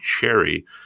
cherry